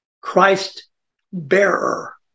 Christ-bearer